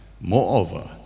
Moreover